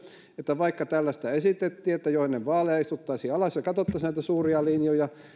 että vaikka tällaista esitettiin että jo ennen vaaleja istuttaisiin alas ja katsottaisiin näitä suuria linjoja